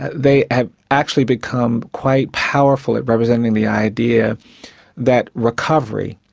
they have actually become quite powerful at representing the idea that recovery,